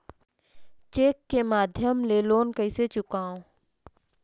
Cheque के माध्यम ले लोन कइसे चुकांव?